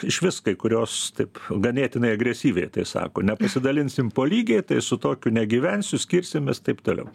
iš vis kai kurios taip ganėtinai agresyviai tai sako pasidalinsim po lygiai tai su tokiu negyvensiu skirsimės taip toliau